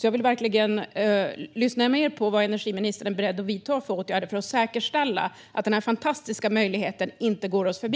Jag vill verkligen höra mer om vad energiministern är beredd att vidta för åtgärder för att säkerställa att denna fantastiska möjlighet inte går oss förbi.